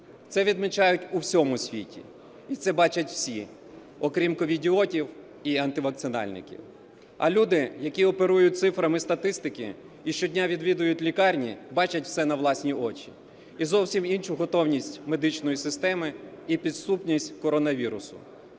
Це відмічають у всьому світі і це бачать всі, окрім ковідіотів і антивакцинальників. А люди, які оперують цифрами статистики і щодня відвідують лікарні, бачать все на власні очі і зовсім іншу готовність медичної системи, і підступність коронавірусу,